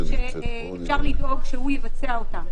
שאפשר לדאוג שהוא יבצע אותן.